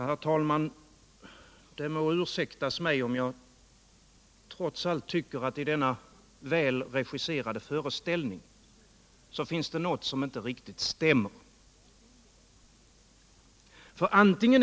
Herr talman! Det må ursäktas mig om jag trots allt tycker att det i denna väl regisserade föreställning finns något som inte riktigt stämmer.